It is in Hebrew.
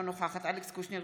אינה נוכחת אלכס קושניר,